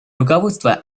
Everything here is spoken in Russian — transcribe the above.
руководство